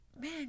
man